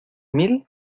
mil